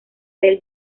del